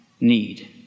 need